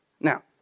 Now